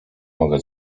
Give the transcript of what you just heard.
mogę